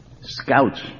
scouts